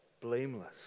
blameless